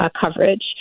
coverage